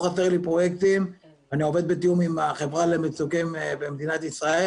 עובד בתיאום עם החברה למצוקים במדינת ישראל